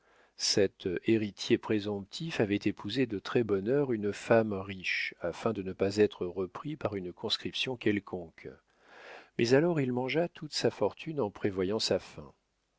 cet héritier présomptif avait épousé de très-bonne heure une femme riche afin de ne pas être repris par une conscription quelconque mais alors il mangea toute sa fortune en prévoyant sa fin